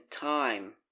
time